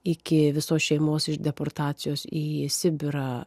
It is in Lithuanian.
iki visos šeimos iš deportacijos į sibirą